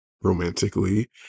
romantically